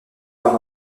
par